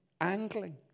angling